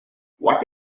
what